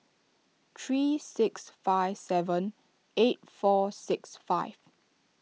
three six five seven eight four six five